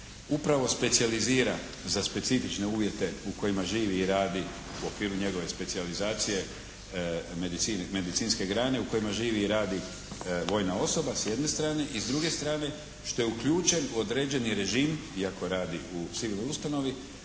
upravo specijalizira za specifične uvjete u kojima živi i radi u okviru njegove specijalizacije, medicinske grane u kojima živi i radi vojna osoba s jedne strane i s druge strane što je uključen određeni režim i ako radi u civilnoj ustanovi